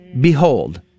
behold